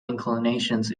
inclinations